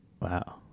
Wow